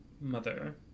Mother